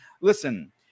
Listen